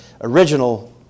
original